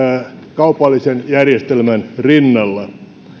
kaupallisen järjestelmän rinnalla